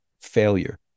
failure